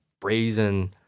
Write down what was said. brazen